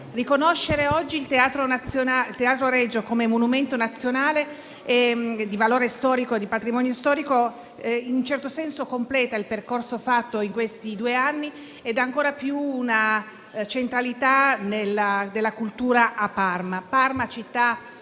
Riconoscere oggi il Teatro Regio come monumento nazionale, di valore storico, in un certo senso completa il percorso fatto in questi due anni e sottolinea ancora più la centralità della cultura a Parma. Parma, una città